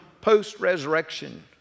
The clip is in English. post-resurrection